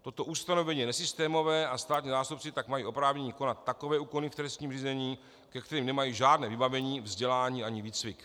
Toto ustanovení je nesystémové a státní zástupci tak mají oprávnění konat takové úkony v trestním řízení, ke kterým nemají žádné vybavení, vzdělání ani výcvik.